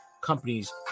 companies